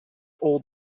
old